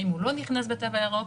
האם הוא לא נכנס בתו הירוק?